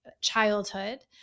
childhood